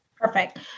Perfect